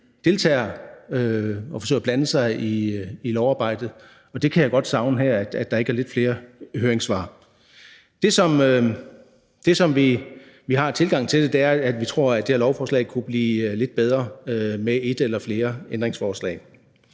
deltager og forsøger at blande sig i lovarbejdet, og det kan jeg godt savne her, altså at der er lidt flere høringssvar. Det, som vi har af tilgang til det, er, at vi tror, at det her lovforslag kunne blive lidt bedre med et eller flere ændringsforslag.